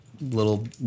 little